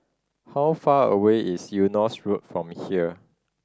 how far away is Eunos Road from here